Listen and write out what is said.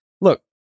Look